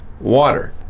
water